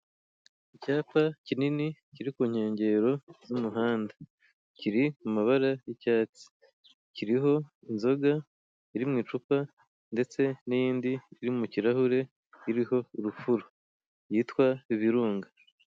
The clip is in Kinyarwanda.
Icyapa kinini kiri ku nkengero z'umuhanda. Kiri mu mababara y'icyatsi. Kiriho inzoga iri mu icupa ndetse n'indi iri mu ikirahure iriho urufuro, yitwa Virunga.